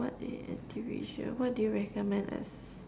what what do you recommend as